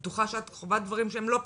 אני בטוחה שאת חווה דברים שהם לא פשוטים.